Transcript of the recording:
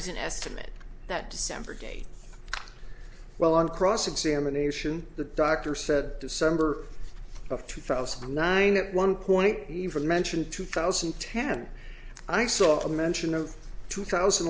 was an estimate that december day well on cross examination the doctor said december of two thousand and nine at one point even mentioned two thousand and ten i saw a mention of two thousand